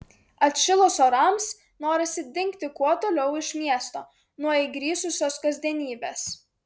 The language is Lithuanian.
atšilus orams norisi dingt kuo toliau iš miesto nuo įgrisusios kasdienybės